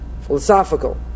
philosophical